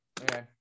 Okay